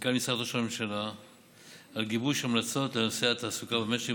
ומנכ"ל משרד ראש הממשלה על גיבוש המלצות לנושא התעסוקה במשק.